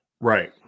Right